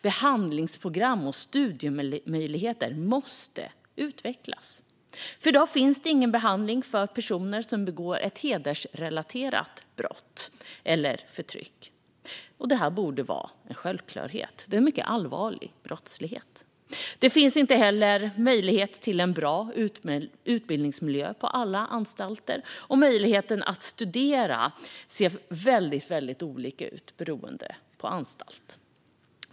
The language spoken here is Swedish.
Behandlingsprogram och studiemöjligheter måste utvecklas. I dag finns det ingen behandling för personer som har begått ett hedersrelaterat brott eller förtryck. Detta borde vara en självklarhet, för det är mycket allvarlig brottslighet. Det finns inte heller möjlighet till en bra utbildningsmiljö på alla anstalter, och möjligheten att studera ser väldigt olika ut beroende på anstalt.